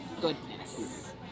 goodness